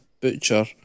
butcher